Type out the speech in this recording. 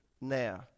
now